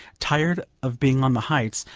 tired of being on the heights,